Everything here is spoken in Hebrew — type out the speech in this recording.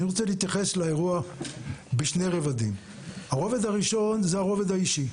אני רוצה להתייחס לאירוע בשני רבדים: הרובד הראשון זה הרובד האישי.